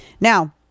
Now